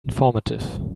informative